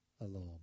alarm